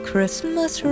Christmas